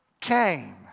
came